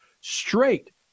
straight